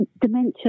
dementia